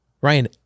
Ryan